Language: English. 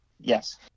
Yes